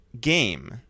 game